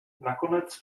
nakonec